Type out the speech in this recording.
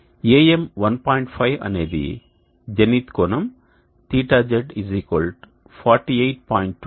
5 అనేది జెనిత్ కోణం θz 48